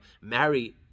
marry